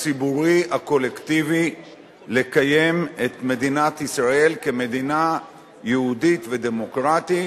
הציבורי הקולקטיבי לקיים את מדינת ישראל כמדינה יהודית ודמוקרטית,